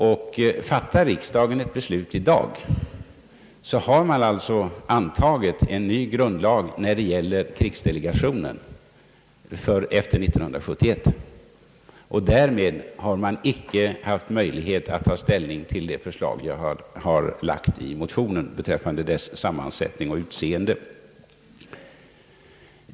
Om riksdagen i dag fattar ett beslut har man alltså antagit en ny grundlag när det gäller krigsdelegationen efter 1970, och därmed har vi icke haft möjlighet att ta ställning till motionens förslag beträffande dess sammansättning och utseende.